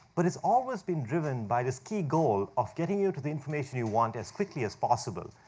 but it's always been driven by this key goal of getting you to the information you want as quickly as possible.